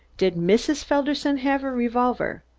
did mrs. felderson have a revolver?